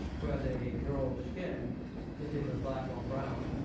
where are the girl's skin is either black or brown.